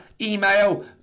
email